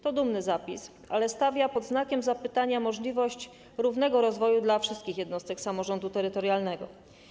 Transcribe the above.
To dumny zapis, ale stawia pod znakiem zapytania możliwość równego rozwoju dla wszystkich jednostek samorządu terytorialnego.